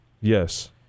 Yes